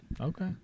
Okay